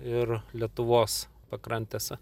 ir lietuvos pakrantėse